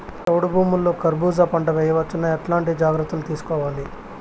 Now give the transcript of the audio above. చౌడు భూముల్లో కర్బూజ పంట వేయవచ్చు నా? ఎట్లాంటి జాగ్రత్తలు తీసుకోవాలి?